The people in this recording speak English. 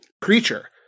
creature